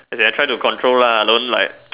I try to control lah I don't like